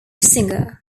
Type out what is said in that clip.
singer